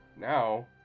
now